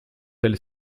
elles